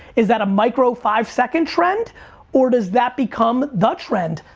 is that a micro five second trend or does that become the trend?